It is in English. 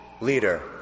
leader